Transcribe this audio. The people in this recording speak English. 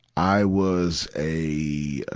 i was a,